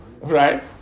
Right